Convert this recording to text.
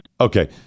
Okay